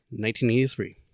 1983